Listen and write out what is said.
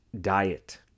diet